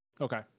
Okay